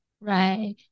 Right